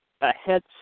ahead